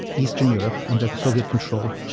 eastern europe under soviet control,